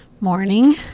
morning